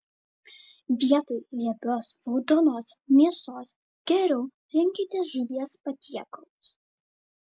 vietoj riebios raudonos mėsos geriau rinkitės žuvies patiekalus